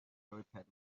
joypad